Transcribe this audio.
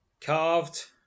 Carved